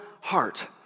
heart